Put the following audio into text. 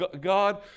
God